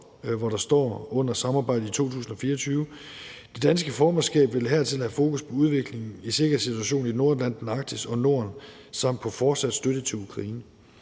hvad der står under »Samarbejdet i 2024«: »Det danske formandskab vil hertil have fokus på udviklingen i sikkerhedssituationen i Nordatlanten, Arktis og Norden samt på fortsat støtte til Ukraine.«